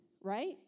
right